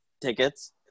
tickets